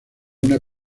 una